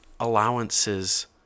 allowances